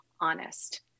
honest